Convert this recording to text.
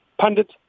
pundit